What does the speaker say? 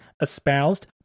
espoused